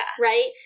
Right